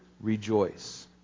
rejoice